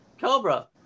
Cobra